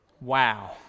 Wow